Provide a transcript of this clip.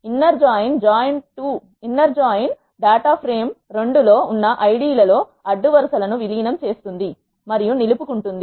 inner join join 2 data frame లో ఉన్న ID లలో అడ్డు వరుస లను విలీనం చేస్తుంది మరియు నిలుపుకుంటుంది